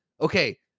Okay